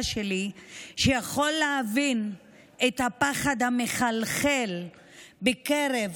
שלי שיכול להבין את הפחד המחלחל בקרב